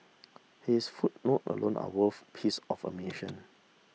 his footnote alone are worth piece of admission